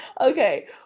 Okay